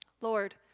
Lord